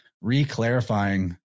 re-clarifying